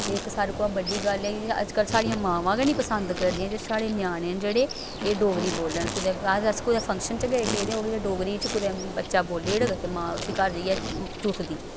ते इक सारें कोला बड्डी गल्ल ऐ अज्जकल साढ़ियां मावां गै निं पसंद करदियां जे साढ़े ञ्याने न जेह्ड़े एह् डोगरी बोलन कुतै अस अस कुदै फंक्शन च गै गेदे होग डोगरी च कुदै बच्चा बोली ओड़ग ते मां उसी घर जाइयै चुथदी